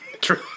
True